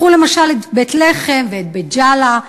קחו למשל את בית-לחם ואת בית-ג'אלה,